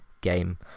game